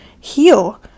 heal